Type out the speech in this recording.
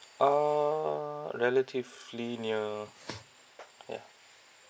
uh relatively near yeah